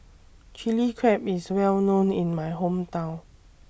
Chilli Crab IS Well known in My Hometown